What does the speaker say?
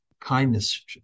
Kindness